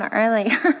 earlier